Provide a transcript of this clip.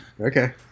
Okay